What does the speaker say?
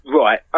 Right